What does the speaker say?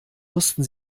wussten